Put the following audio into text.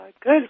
good